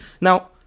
Now